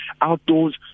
outdoors